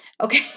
Okay